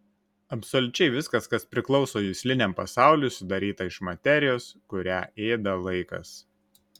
absoliučiai viskas kas priklauso jusliniam pasauliui sudaryta iš materijos kurią ėda laikas